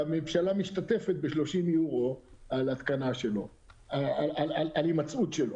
והממשלה משתתפת ב-30 יורו על הימצאות שלו.